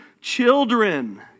children